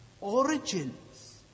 origins